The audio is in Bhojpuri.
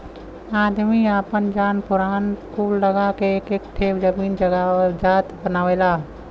आदमी आपन जान परान कुल लगा क एक एक ठे जमीन जायजात बनावेला